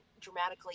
dramatically